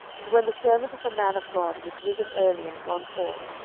and when the servant of the man of god was risen early, and gone forth,